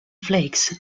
flakes